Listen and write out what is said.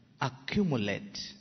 accumulate